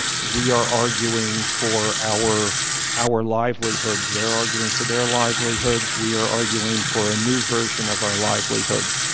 we are arguing for our our livelihoods. they're arguing for their livelihoods. we are arguing for a new version of our livelihoods.